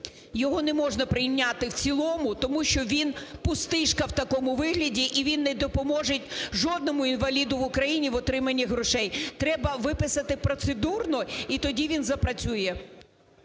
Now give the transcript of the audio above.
Його не можна прийняти в цілому, тому що вінпустишка в такому вигляді, і він не допоможе жодному інваліду в Україні в отриманні грошей. Треба виписати процедурно, і тоді він запрацює.